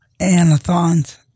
anathons